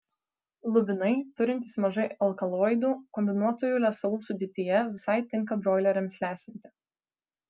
lubinai turintys mažai alkaloidų kombinuotųjų lesalų sudėtyje visai tinka broileriams lesinti